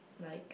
like